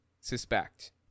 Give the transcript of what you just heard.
suspect